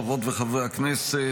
חברות וחברי הכנסת,